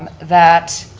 that,